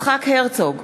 יצחק הרצוג,